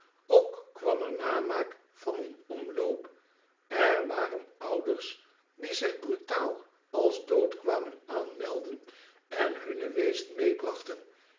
ook kwam er namaak van in omloop r waren ouders die zich brutaal als dood kwamen aanmelden en hunne weezen meebrachten